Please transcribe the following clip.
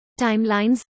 timelines